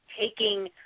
taking